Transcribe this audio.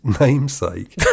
namesake